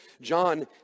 John